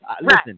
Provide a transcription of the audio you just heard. listen